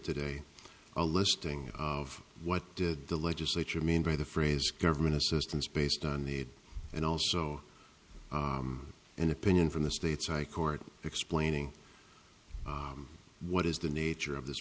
today a listing of what did the legislature mean by the phrase government assistance based on need and also an opinion from the state's high court explaining what is the nature of this